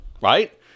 right